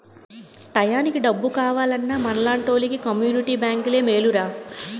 టయానికి డబ్బు కావాలన్నా మనలాంటోలికి కమ్మునిటీ బేంకులే మేలురా